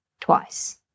twice